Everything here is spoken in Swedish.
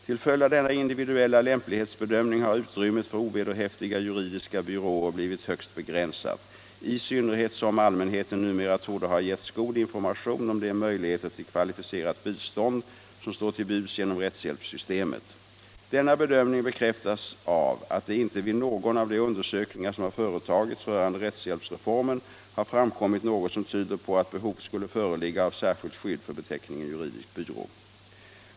Till följd av denna individuella lämplighetsbedömning har utrymmet för ovederhäftiga juridiska byråer blivit högst begränsat, i synnerhet som allmänheten numera torde ha getts god information om de möjligheter till kvalificerat bistånd som står till buds genom rättshjälpssystemet. Denna bedömning bekräftas av att det inte vid någon av de undersökningar som har företagits rörande rättshjälpsreformen har framkommit något som tyder på att behov skulle föreligga av särskilt skydd för beteckningen juridisk byrå.